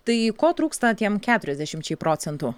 tai ko trūksta tiem keturiasdešimčiai procentų